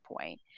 point